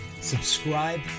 subscribe